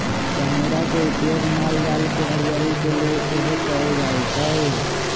जनेरा के उपयोग माल जाल के हरियरी के लेल सेहो कएल जाइ छइ